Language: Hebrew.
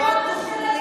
90% מהשופטים